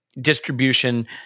distribution